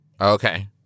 Okay